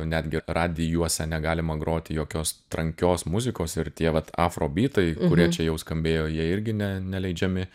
netgi radijuose negalima groti jokios trankios muzikos ir tie vat afrobytai kurie čia jau skambėjo jie irgi ne neleidžiami